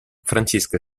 francesca